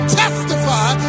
testify